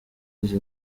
izi